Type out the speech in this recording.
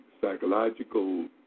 psychological